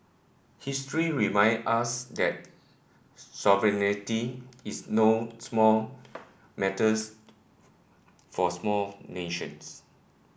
history reminds us that sovereignty is no small matters for smaller nations